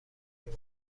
محیط